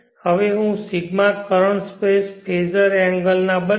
હવે હું ρ current space phasor angle બદલે